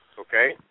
Okay